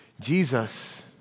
Jesus